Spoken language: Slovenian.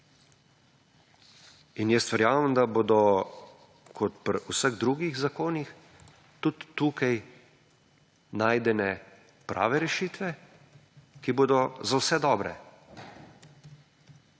In jaz verjamem, da bodo kot pri vseh drugih zakonih tudi tukaj najdene prave rešitve, ki bodo za vse dobre.